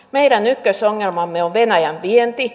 meidän ykkösongelmamme on venäjän vienti